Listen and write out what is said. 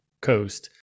coast